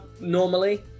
normally